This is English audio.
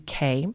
UK